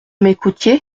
m’écoutiez